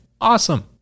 Awesome